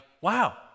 wow